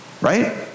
Right